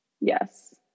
Yes